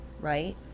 right